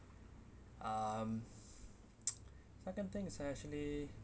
um second thing is actually